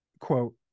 quote